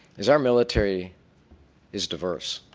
is our military is diverse.